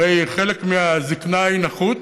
הרי חלק מהזקנה היא נכות.